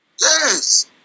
Yes